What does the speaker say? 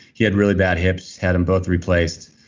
he had really bad hips, had them both replaced.